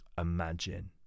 imagine